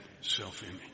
self-image